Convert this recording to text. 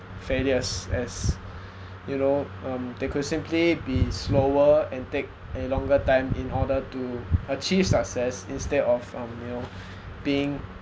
failures as you know um they could simply be slower and take a longer time in order to achieve success instead of um you know being